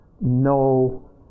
no